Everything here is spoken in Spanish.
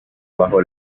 bajo